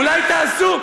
אולי תעשו,